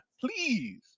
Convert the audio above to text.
please